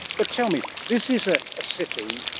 but tell me, this is a ah city,